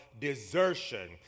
desertion